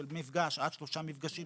של מפגש עד שלושה מפגשים,